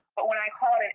but when i called